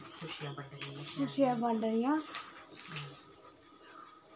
खुशियां बंडनियां